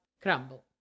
crumble